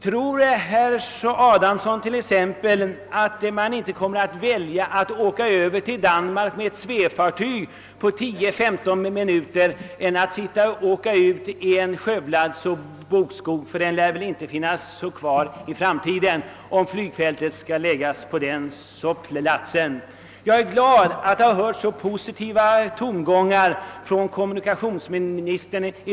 Tror herr Adamsson t.ex. att man inte kommer att välja att åka över till Danmark med ett svävfartyg på tio, femton minuter hellre än att åka ut till en skövlad bokskog, ty den lär väl inte finnas kvar i framtiden om flygfältet skall läggas på den platsen? Jag är glad över att i dag ha hört så positiva tongångar från kommunikationsministern.